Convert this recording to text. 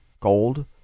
gold